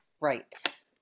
Right